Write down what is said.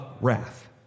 wrath